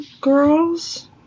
girls